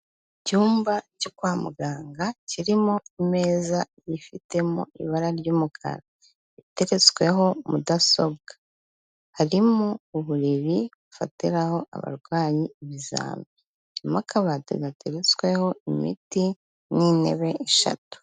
Icyumba cyo kwa muganga, kirimo imeza ifitemo ibara ry'umukara, iteretsweho Mudasobwa, harimo uburiri bufatiraho abarwayi ibizami, harimo akabati gateretsweho imiti n'intebe eshatu.